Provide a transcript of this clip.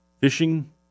Fishing